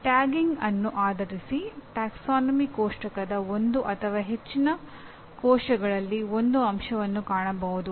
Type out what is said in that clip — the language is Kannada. ಟ್ಯಾಗಿಂಗ್ ಅನ್ನು ಆಧರಿಸಿ ಪ್ರವರ್ಗ ಕೋಷ್ಟಕದ ಒಂದು ಅಥವಾ ಹೆಚ್ಚಿನ ಕೋಶಗಳಲ್ಲಿ ಒಂದು ಅಂಶವನ್ನು ಕಾಣಬಹುದು